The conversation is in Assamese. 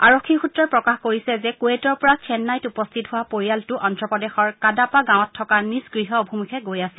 আৰক্ষী সূত্ৰই প্ৰকাশ কৰিছে যে কুৱেইটৰ পৰা চেন্নাইত উপস্থিত হোৱা পৰিয়ালটো অন্ধ্ৰপ্ৰদেশৰ কাডাপা গাঁৱত থকা নিজ গৃহ অভিমুখে গৈ আছিল